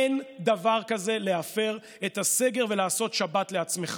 אין דבר כזה להפר את הסגר ולעשות שבת לעצמך.